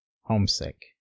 homesick